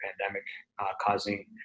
pandemic-causing